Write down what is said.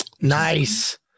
Nice